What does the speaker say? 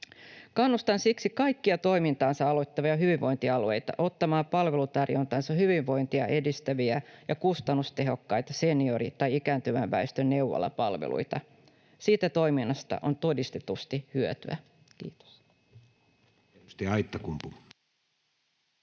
Kannustan siksi kaikkia toimintaansa aloittavia hyvinvointialueita ottamaan palvelutarjontaansa hyvinvointia edistäviä ja kustannustehokkaita seniori- tai ikääntyvän väestön neuvolapalveluita. Siitä toiminnasta on todistetusti hyötyä. — Kiitos.